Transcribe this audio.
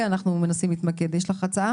אנחנו מנסים להתמקד בו יש לך הצעה